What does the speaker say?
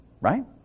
Right